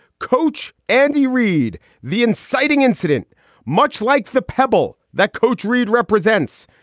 coach andy reid, the inciting incident much like the pebble that coach reid represents.